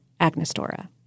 Agnostora